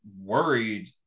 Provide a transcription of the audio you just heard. worried